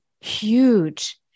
huge